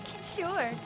Sure